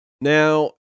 Now